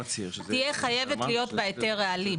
תהיה חייבת להיות בהיתר רעלים.